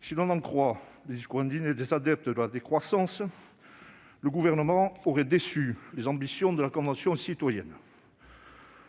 Si l'on en croit les discours indignés des adeptes de la décroissance, le Gouvernement aurait déçu les ambitions de la Convention citoyenne pour le climat.